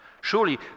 Surely